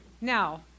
Now